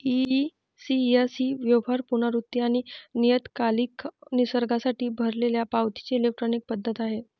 ECS ही व्यवहार, पुनरावृत्ती आणि नियतकालिक निसर्गासाठी भरलेल्या पावतीची इलेक्ट्रॉनिक पद्धत आहे